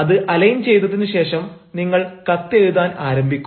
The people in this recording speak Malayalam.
അത് അലൈൻ ചെയ്തതിനുശേഷം നിങ്ങൾ കത്തെഴുതാൻ ആരംഭിക്കും